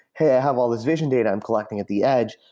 hey, i have all these vision data collecting at the edge.